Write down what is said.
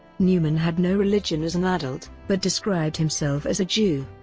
newman had no religion as an adult, but described himself as a jew,